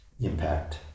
impact